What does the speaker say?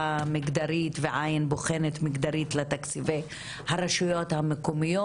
מגדרית ועין בוחנת מגדרית לתקציבי הרשויות המקומיות.